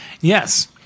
Yes